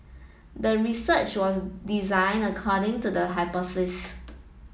the research was designed according to the hypothesis